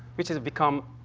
which has become,